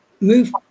move